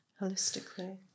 holistically